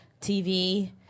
TV